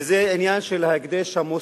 וזה העניין של ההקדש המוסלמי.